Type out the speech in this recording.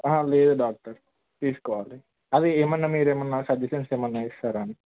లేదు డాక్టర్ తీసుకోవాలి అది ఏమన్న మీరు ఏమైన సజెషన్స్ ఏమన్న ఇస్తారా అని